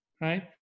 right